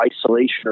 isolation